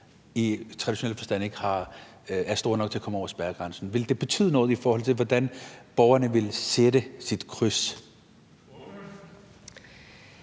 i traditionel forstand er store nok til at komme over spærregrænsen? Ville det betyde noget, i forhold til hvordan borgerne ville sætte deres kryds?